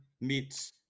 meets